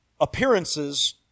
Appearances